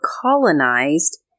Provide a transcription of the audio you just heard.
colonized